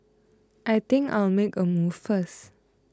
I think I'll make a move first